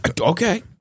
Okay